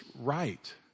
right